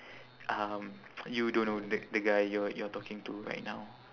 um you don't know the the guy you're you're talking to right now